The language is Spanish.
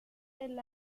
del